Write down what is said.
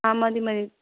ആ മതി മതി